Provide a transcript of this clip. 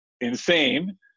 insane